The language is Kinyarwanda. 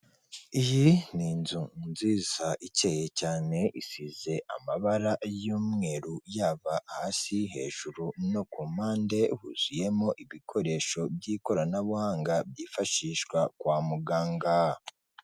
Iyi ni inzu nziza ikeye cyane, isize amabara y'umweru, yaba hasi, hejuru no ku mpande huzuyemo ibikoresho by'ikoranabuhanga byifashishwa kwa muganga.